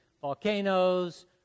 volcanoes